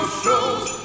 shows